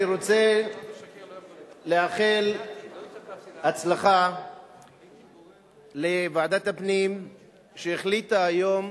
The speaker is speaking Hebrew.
אני רוצה לאחל הצלחה לוועדת הפנים שהחליטה היום,